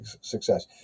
success